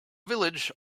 village